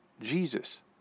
Jesus